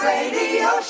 Radio